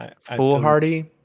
foolhardy